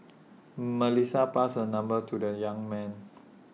Melissa passed her number to the young man